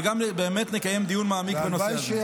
וגם באמת נקיים דיון מעמיק יותר.